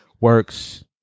works